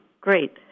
great